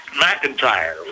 McIntyre